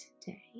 today